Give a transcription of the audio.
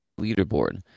leaderboard